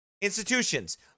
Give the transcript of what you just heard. institutions